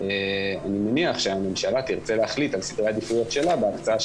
אני מניח שהממשלה תרצה להחליט על סדרי עדיפויות שלה בהקצאה של